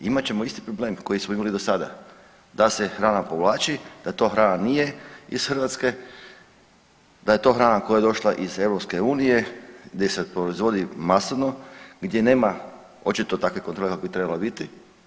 Imat ćemo isti problem koji smo imali do sada, da se hrana povlači, da to hrana nije iz Hrvatske, da je to hrana koja je došla iz EU gdje se proizvodi masovno gdje nema očito takve kontrole kakve bi trebale biti.